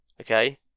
Okay